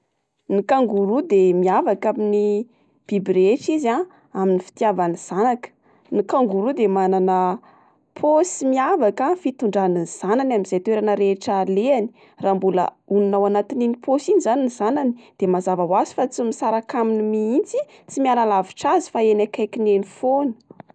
Ny kangoroa de miavaka amin'ny biby rehetra izy a amin'ny fitiavany zanaka, ny kangoroa de manana pôsy miavaka fitondrany ny zanany amin'izay toerana rehetra haleany. Raha mbola onona ao anatin'iny pôsy iny zany ny zanany de mazava ho azy fa tsy misaraka aminy mihitsy tsy miala halavitra azy fa eny akaikiny eny foana.